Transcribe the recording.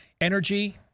energy